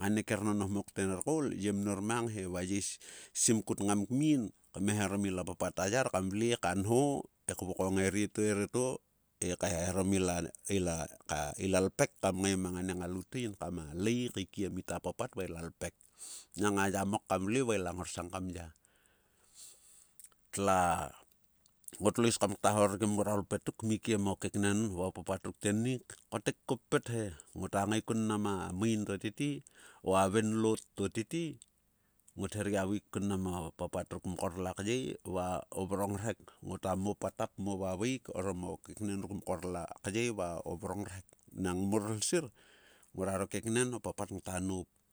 ane kermonho mok to ner kaol. ve mnor mang he va ye sim kut ngam kmin kmeharom ila papat yar kam vle ka nho he kvokong erieto erieto e kaeharom ila ipek kam ngae mang ani ngaelaut to yin kama lei kaikiem ita papat. va ila ipek. Nang a yamok kam vle va ila ngorsang kam ya. Tlua-ngot lo is kam kta horgem ngroaro ipetik kmikiem o keknen va o papat ruk tennak. ko tek koppet he. Ngota ngae kun mnam oi maein to tete. o. a venloot to tete. nojot her gia vaik kun mnam o papat ruk mkor lakyei va o vrong rhek. Ngota mo patap mo va vaik orom o keknen ruk mkor lakyei. va o vrongrhek. Nang mor lsir ngoraro keknen. o papat ngta noup.